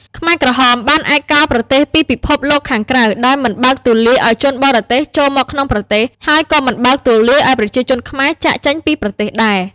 ខ្មែរក្រហមបានឯកោប្រទេសពីពិភពលោកខាងក្រៅ ដោយមិនបើកទូលាយឱ្យជនបរទេសចូលមកក្នុងប្រទេស ហើយក៏មិនបើកទូលាយឱ្យប្រជាជនខ្មែរចាកចេញពីប្រទេសដែរ។